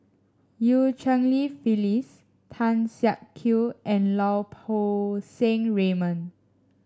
Eu Cheng Li Phyllis Tan Siak Kew and Lau Poo Seng Raymond